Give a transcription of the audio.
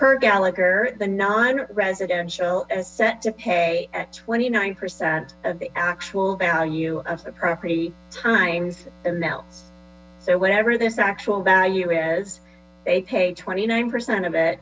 her gallagher the non residential asset to pay at twenty nine percent of the actual value of the property times melt so whatever this actual value is they pay twenty nine percent of it